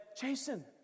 Jason